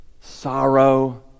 sorrow